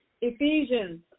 Ephesians